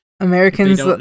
Americans